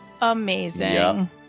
amazing